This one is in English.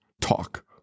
talk